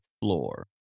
floor